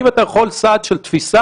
האם אתה יכול סעד של תפיסה?